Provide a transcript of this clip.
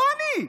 לא אני,